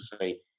say